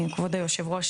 כבוד היושב ראש,